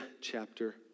chapter